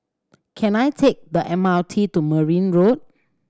can I take the M R T to Merryn Road